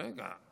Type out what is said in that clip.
רגע.